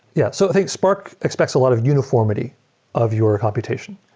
yeah so think spark expects a lot of uniformity of your computation,